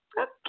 Okay